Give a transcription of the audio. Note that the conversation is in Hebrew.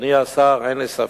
אדוני השר, אין לי ספק